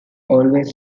always